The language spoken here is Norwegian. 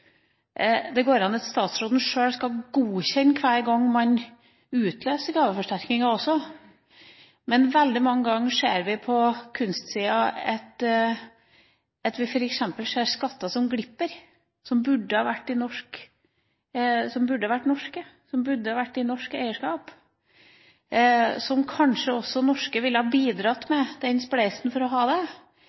Det går an at statsråden sjøl skal godkjenne hver gang man utløser gaveforsterkninger også, men veldig mange ganger ser vi på kunstsida at f.eks. skatter som burde vært i norsk eierskap, glipper, som kanskje også nordmenn ville ha bidratt til og spleiset på for å ha, men der man ikke får være med på den spleisen fordi man ikke har noen incitamenter for å bidra til det.